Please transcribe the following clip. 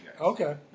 Okay